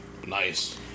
nice